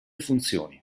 funzioni